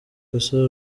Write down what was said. gusa